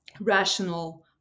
rational